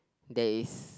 there is